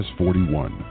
41